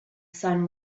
sun